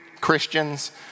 Christians